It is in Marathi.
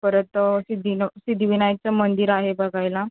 परत सिद्दिनं सिद्धीविनायकचं मंदिर आहे बघायला